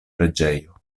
preĝejo